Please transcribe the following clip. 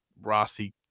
rossi